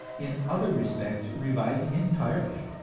in other respects revising it entirely.